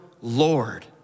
Lord